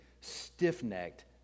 stiff-necked